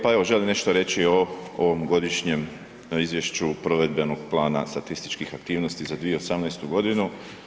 Pa evo želim nešto reći o ovom Godišnjem izvješću provedbenog plana statističkih aktivnosti za 2018. godinu.